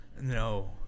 No